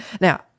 Now